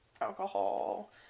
alcohol